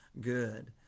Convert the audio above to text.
good